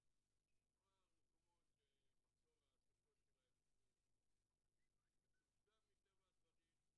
כלומר מקומות שמחזור העסקאות שלהם מצומצם מטבע הדברים,